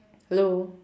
hello